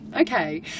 okay